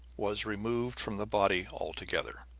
was removed from the body altogether.